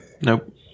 Nope